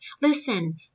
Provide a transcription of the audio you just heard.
listen